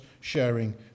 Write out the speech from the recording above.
sharing